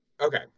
Okay